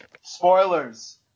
Spoilers